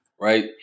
right